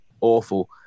awful